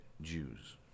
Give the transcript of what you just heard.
Jews